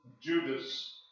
Judas